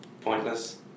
Pointless